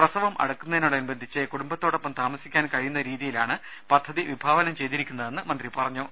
പ്രസവം അടുക്കുന്നതിനോടനുബന്ധിച്ച് കുടും ബത്തോടൊപ്പം താമസിക്കാൻ കഴിയുന്ന രീതിയിലാണ് പദ്ധതി വിഭാ വനം ചെയ്തിരിക്കുന്നതെന്ന് മന്ത്രി പറഞ്ഞു